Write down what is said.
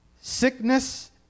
sickness